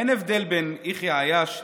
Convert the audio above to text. אין הבדל בין יחיא עייש,